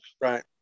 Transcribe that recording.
right